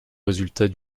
résultat